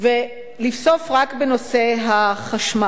ולבסוף, בנושא החשמל.